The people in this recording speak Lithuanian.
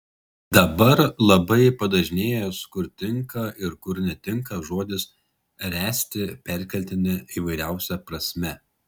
dabar labai padažnėjęs kur tinka ir kur netinka žodis ręsti perkeltine įvairiausia prasme